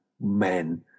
men